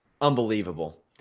Unbelievable